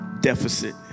deficit